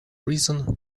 reason